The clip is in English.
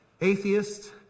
atheists